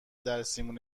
درسیمون